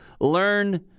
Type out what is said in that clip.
learn